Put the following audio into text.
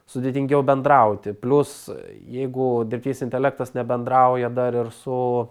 sudėtingiau bendrauti plius jeigu dirbtinis intelektas nebendrauja dar ir su